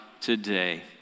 today